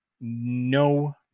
No